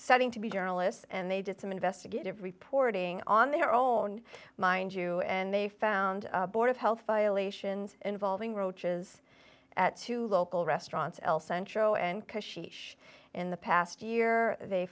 setting to be journalists and they did some investigative reporting on their own mind you and they found a board of health violations involving roaches at two local restaurants el centro and in the past year they